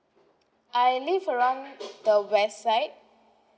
I live around the west side